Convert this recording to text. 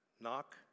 Knock